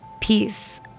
Peace